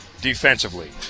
defensively